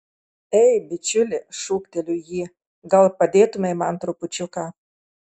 ei bičiuli šūkteliu jį gal padėtumei man trupučiuką